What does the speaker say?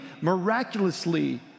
miraculously